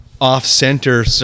off-center